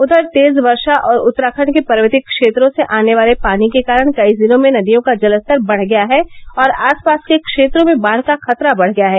उधरं तेज वर्षा और उत्तराखंड के पर्वतीय क्षेत्रों से आने वाले पानी के कारण कई जिलों में नदियो का जलस्तर बढ़ गया है और आसपास के क्षेत्रों में बाढ़ का खतरा बढ़ गया है